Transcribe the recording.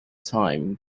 time